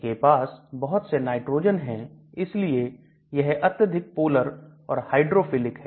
उसके पास बहुत से नाइट्रोजन है इसलिए यह अत्यधिक पोलर और हाइड्रोफिलिक है